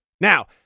Now